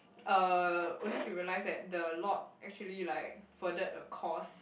uh only to realized that the lord actually like furthered a cause